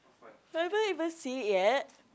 haven't even see it yet